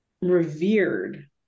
revered